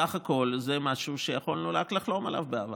סך הכול זה משהו שיכולנו רק לחלום עליו בעבר.